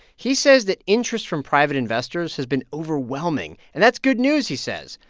he says that interest from private investors has been overwhelming. and that's good news, he says,